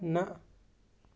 نہَ